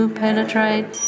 penetrate